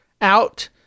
out